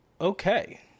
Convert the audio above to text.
okay